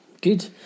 Good